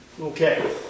Okay